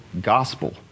gospel